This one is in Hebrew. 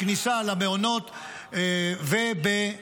בכניסה למעונות ובמימונם,